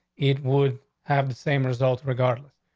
it would have the same results regardless.